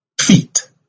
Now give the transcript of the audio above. Feet